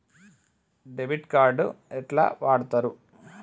Debit card ఎట్లా వాడుతరు?